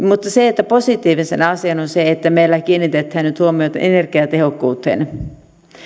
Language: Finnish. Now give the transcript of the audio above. mutta positiivisena asiana on se että meillä kiinnitetään nyt huomiota energiatehokkuuteen